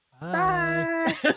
bye